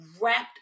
wrapped